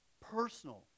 personal